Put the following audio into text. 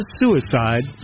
suicide